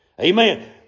Amen